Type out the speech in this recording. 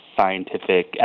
scientific